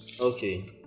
Okay